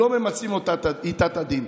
לא ממצים איתה את הדין.